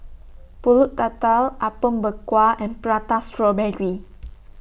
Pulut Tatal Apom Berkuah and Prata Strawberry